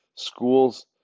Schools